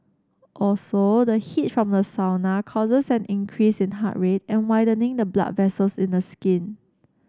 also the heat from the sauna causes an increase in heart rate and widening the blood vessels in the skin